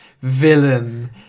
villain